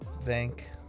thank